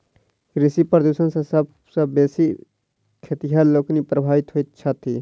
कृषि प्रदूषण सॅ सभ सॅ बेसी खेतिहर लोकनि प्रभावित होइत छथि